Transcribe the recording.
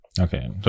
Okay